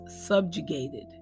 subjugated